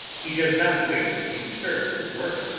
he does not wish to be disturbed in the work,